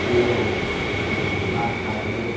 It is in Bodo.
दैयाव ना सारो